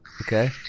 Okay